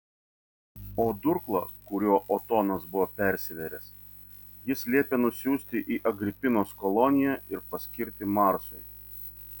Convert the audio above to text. o durklą kuriuo otonas buvo persivėręs jis liepė nusiųsti į agripinos koloniją ir paskirti marsui